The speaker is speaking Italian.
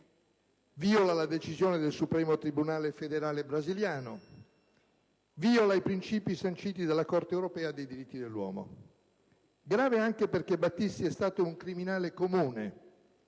viola la decisione del supremo Tribunale brasiliano e perché viola i principi sanciti dalla Corte europea dei diritti dell'uomo. È grave anche perché Battisti è stato un criminale comune,